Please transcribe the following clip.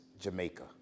Jamaica